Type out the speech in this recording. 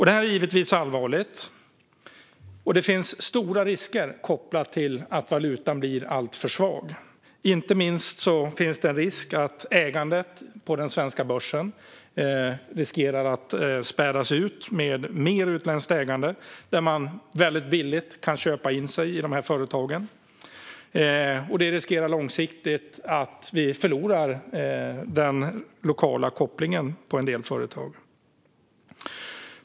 Det här är givetvis allvarligt, och det finns stora risker kopplade till att valutan blir alltför svag. Inte minst finns det en risk att ägandet på den svenska börsen riskerar att spädas ut med mer utländskt ägande när man väldigt billigt kan köpa in sig i företagen. Det gör att vi långsiktigt riskerar att förlora den lokala kopplingen i en del företag.